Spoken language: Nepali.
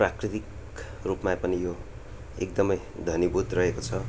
प्राकृतिक रूपमा पनि यो एकदमै घनीभूत रहेको छ